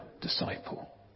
disciple